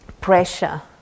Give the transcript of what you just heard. pressure